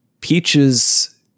Peaches